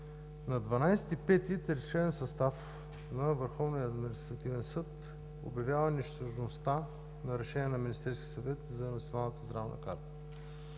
На 12 май тричленен състав на Върховния административен съд обявява нищожността на решение на Министерския съвет за Националната здравна карта.